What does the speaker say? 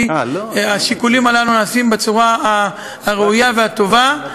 השיקולים הללו נעשים בצורה הראויה והטובה,